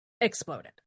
exploded